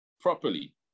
properly